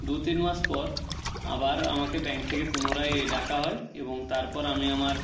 দু তিন মাস পর আবার আমাকে ব্যাঙ্ক থেকে পুনরায় এ ডাকা হয় এবং তারপর আমি আমার